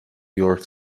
york